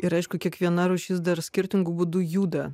ir aišku kiekviena rūšis dar skirtingu būdu juda